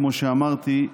כמו שאמרתי,